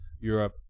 Europe